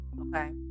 okay